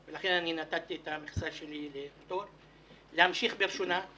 לכן נתתי את המכסה שלי לפטור להמשיך בראשונה,